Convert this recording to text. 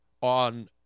on